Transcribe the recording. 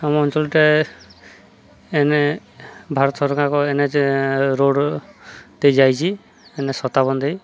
ଆମ ଅଞ୍ଚଳଟେ ଏନେ ଭାରତ ସରକାରଙ୍କ ଏନ୍ ଏଚ୍ ରୋଡ଼୍ ଦେଇେ ଯାଇଛି ଏନ୍ ସତାବନ ଦେଇ